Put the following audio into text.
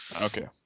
okay